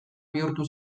bihurtu